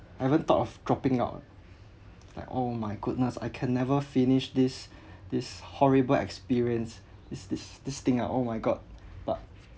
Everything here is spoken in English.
I ever thought of dropping out ah like oh my goodness I can never finish this this horrible experience is this this thing ah oh my god but